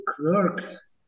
clerks